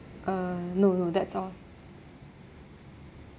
uh no no that's all